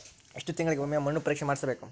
ಎಷ್ಟು ತಿಂಗಳಿಗೆ ಒಮ್ಮೆ ಮಣ್ಣು ಪರೇಕ್ಷೆ ಮಾಡಿಸಬೇಕು?